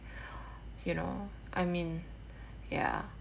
you know I mean ya